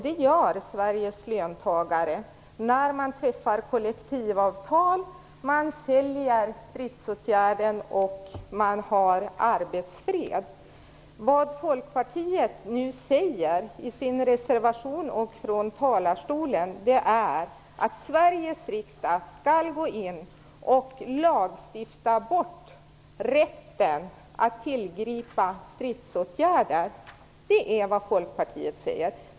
Det gör Sveriges löntagare i kollektivavtal. De säljer stridsåtgärden för arbetsfred. Folkpartiets representant säger i reservationen och från talarstolen att Sveriges riksdag skall lagstifta bort rätten att tillgripa stridsåtgärder. Det är vad Folkpartiet säger.